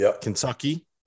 Kentucky